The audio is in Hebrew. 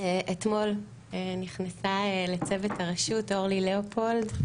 אתמול נכנסה לצוות הרשות אורלי לאופולד,